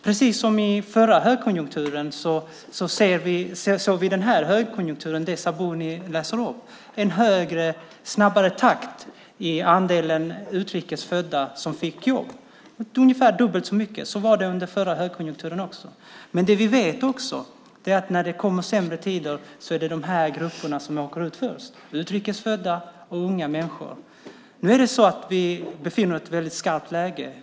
Precis som under förra högkonjunkturen såg vi också under den senaste högkonjunkturen det som Sabuni läst upp här, alltså en snabbare takt i fråga om andelen utrikes födda som fick jobb. Det var ungefär dubbelt så många. Vi vet också att det när det blir sämre tider är de här grupperna - utrikes födda och unga människor - som först åker ut. Nu befinner vi oss i ett väldigt skarpt läge.